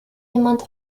jemand